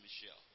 Michelle